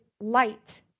light